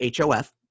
HOF